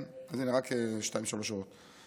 אז הינה, רק שתיים-שלוש שורות.